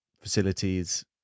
facilities